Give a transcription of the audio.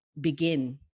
begin